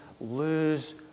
lose